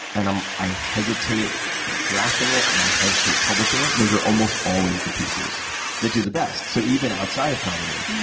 and um i hesitate drafting it and i hesitate publishing it, those are almost always the pieces that do the best. so even outside of comedy,